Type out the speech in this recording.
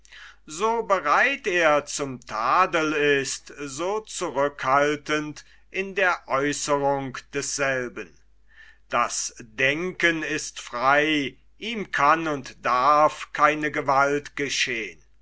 so bereit er zum tadel ist so zurückhaltend in der aeußerung desselben das denken ist frei ihm kann und darf keine gewalt geschehn